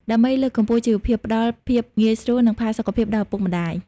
ដើម្បីលើកកម្ពស់ជីវភាព ផ្ដល់ភាពងាយស្រួល និងផាសុកភាពដល់ឪពុកម្ដាយ។